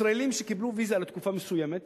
ישראלים שקיבלו ויזה לתקופה מסוימת